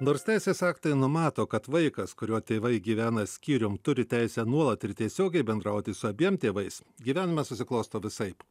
nors teisės aktai numato kad vaikas kurio tėvai gyvena skyrium turi teisę nuolat ir tiesiogiai bendrauti su abiem tėvais gyvenime susiklosto visaip